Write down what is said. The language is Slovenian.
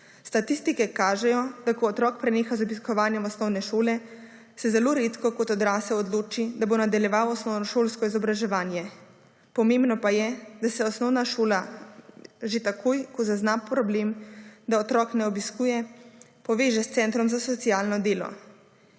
Statistike kažejo, da ko otrok preneha z obiskovanjem osnovne šole se zelo redko kot odrasel odloči, da bo nadaljeval osnovnošolsko izobraževanje. Pomembno pa je, da se osnovna šola že takoj ko zazna problem, da otrok ne obiskuje, poveže s centrom za socialno delo.